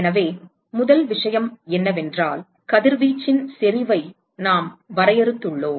எனவே முதல் விஷயம் என்னவென்றால் கதிர்வீச்சின் செறிவை நாம் வரையறுத்துள்ளோம்